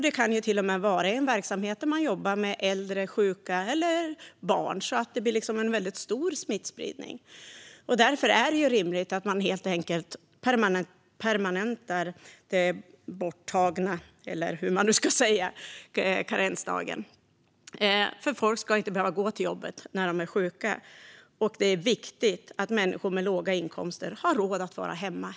Det kan till och med vara i en verksamhet där man jobbar med äldre sjuka eller barn, så att det blir en väldigt stor smittspridning. Därför är det rimligt att man permanentar den borttagna - eller hur man nu ska säga - karensdagen. Människor ska inte behöva gå till jobbet när de är sjuka. Det är viktigt att människor med låga inkomster helt enkelt har råd att vara hemma.